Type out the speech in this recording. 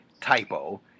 typo